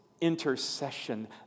Intercession